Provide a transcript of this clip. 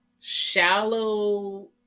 Shallow